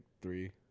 three